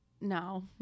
no